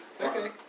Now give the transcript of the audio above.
Okay